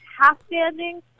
half-standing